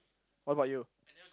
what about you